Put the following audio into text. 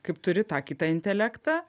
kaip turi tą kitą intelektą